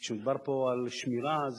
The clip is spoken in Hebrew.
כשמדובר פה על שמירה,